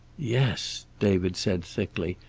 yes! david said thickly.